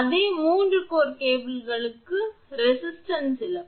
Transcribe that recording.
அதே 3 கோர் கேபிள்களுக்கு எதிர்ப்பு இழப்பு